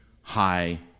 high